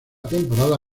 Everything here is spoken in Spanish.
temporada